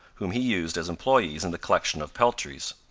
whom he used as employees in the collection of peltries.